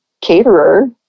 caterer